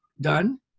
done